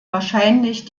wahrscheinlich